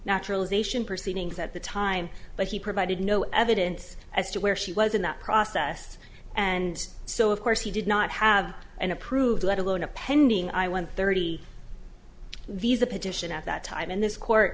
naturalization proceedings at the time but he provided no evidence as to where she was in that process and so of course he did not have an approved let alone a pending i one thirty visa petition at that time and this court